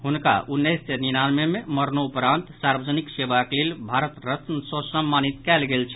हुनका उन्नैस सय निनानवे में मरणोपरांत सार्वजनिक सेवाक लेल भारत रत्न सँ सम्मानिज कयल गेल छल